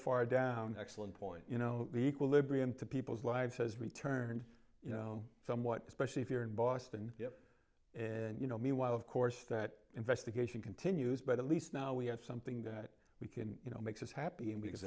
far down excellent point you know equilibrium to people's lives has returned you know somewhat especially if you're in boston and you know meanwhile of course that investigation continues but at least now we have something that we can you know makes us happy and because